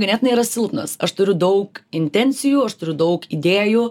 ganėtinai yra silpnas aš turiu daug intencijų aš turiu daug idėjų